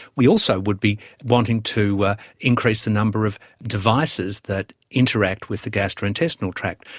we also would be wanting to increase the number of devices that interact with the gastrointestinal tract.